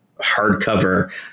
hardcover